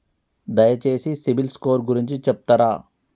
దయచేసి CIBIL score గురించి చెప్తరా?